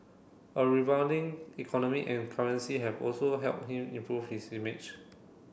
a rebounding economy and currency have also helped him improve his image